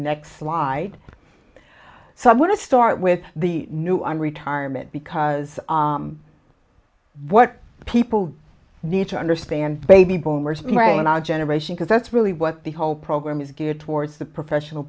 next slide so i want to start with the new i'm retirement because what people need to understand baby boomers playing in our generation because that's really what the whole program is geared towards the professional